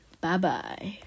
Bye-bye